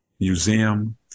museum